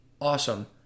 awesome